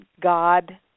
god